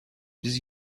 biz